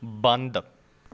ਬੰਦ